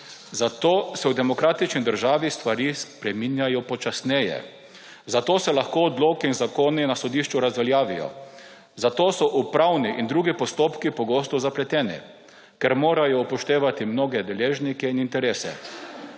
Zato se v demokratični državi stvari spreminjajo počasneje. Zato se lahko odloki in zakoni na sodišču razveljavijo. Zato so upravni in drugi postopki pogosto zapleteni, ker morajo upoštevati mnoge deležnike in interese.